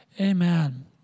Amen